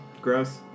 Gross